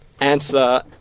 answer